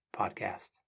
podcast